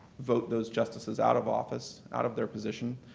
vote those justices out of office, out of their position,